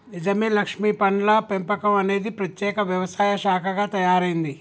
నిజమే లక్ష్మీ పండ్ల పెంపకం అనేది ప్రత్యేక వ్యవసాయ శాఖగా తయారైంది